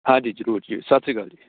ਹਾਂਜੀ ਜ਼ਰੂਰ ਜੀ ਸਤਿ ਸ਼੍ਰੀ ਅਕਾਲ ਜੀ